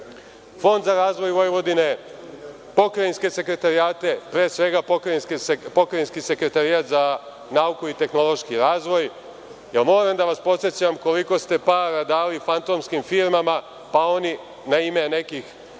Fond za razvoj Vojvodine, pokrajinske sekretarijate, pre svega, Pokrajinski sekretarijat za nauku i tehnološki razvoj. Jel moram da vas podsećam koliko ste para dali fantomskim firmama na ime nekih